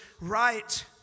right